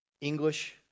English